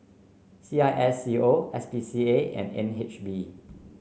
C I S C O S P C A and N H B